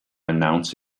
announce